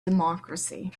democracy